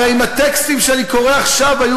הרי אם הטקסטים שאני קורא עכשיו היו